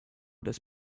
des